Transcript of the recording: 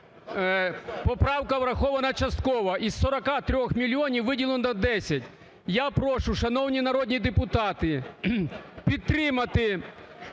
Поправка врахована частково: із 43 мільйонів виділено 10. Я прошу, шановні народні депутати, підтримати